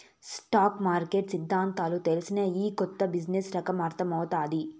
stock market సిద్దాంతాలు తెల్సినా, ఈ కొత్త బిజినెస్ రంగం అర్థమౌతాది